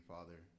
Father